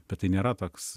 bet tai nėra toks